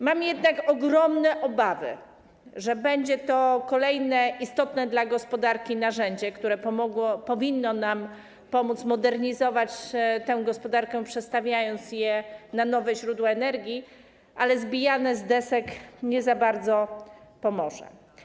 Mam jednak ogromne obawy, że będzie to kolejne istotne dla gospodarki narzędzie, które powinno nam pomóc modernizować tę gospodarkę, przestawiając ją na nowe źródła energii, ale zbijane z desek nie za bardzo pomoże.